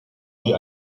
sie